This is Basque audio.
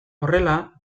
horrela